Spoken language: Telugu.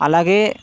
అలాగే